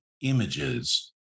images